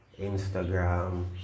Instagram